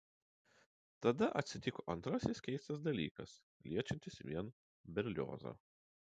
tada atsitiko antrasis keistas dalykas liečiantis vien berliozą